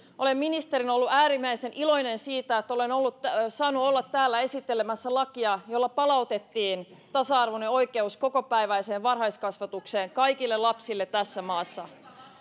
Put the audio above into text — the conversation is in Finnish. olen ministerinä ollut äärimmäisen iloinen siitä että olen saanut olla täällä esittelemässä lakia jolla palautettiin tasa arvoinen oikeus kokopäiväiseen varhaiskasvatukseen kaikille lapsille tässä maassa